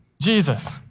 Jesus